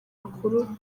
makuru